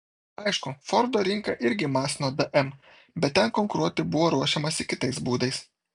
aišku fordo rinka irgi masino dm bet ten konkuruoti buvo ruošiamasi kitais būdais